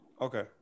Okay